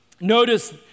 Notice